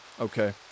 okay